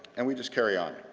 and we just carry on.